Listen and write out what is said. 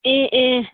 ꯑꯦ ꯑꯦ